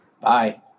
Bye